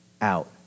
out